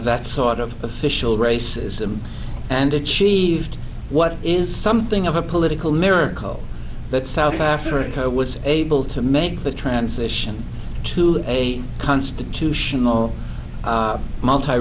of that sort of official racism and achieved what is something of a political miracle that south africa was able to make the transition to a constitutional